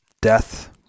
Death